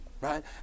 Right